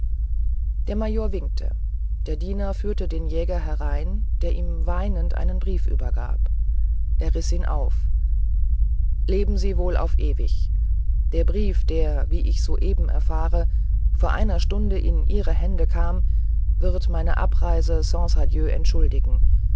der major winkte der diener führte den jäger herein der ihm weinend einen brief übergab er riß ihn auf leben sie wohl auf ewig der brief der wie ich soeben erfahre vor einer stunde in ihre hände kam wird meine abreise sans adieu entschuldigen